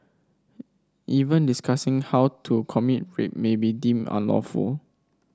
even discussing how to commit rape may be deemed unlawful